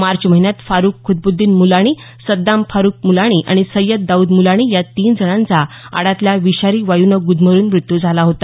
मार्च महिन्यात फारुख खुद्बद्दीन मुलाणी सद्दाम फारुख मुलाणी आणि सय्यद दाऊद मुलाणी या तीन जणांचा आडातल्या विषारी वायूने गुदमरून मृत्यू झाला होता